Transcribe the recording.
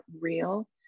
real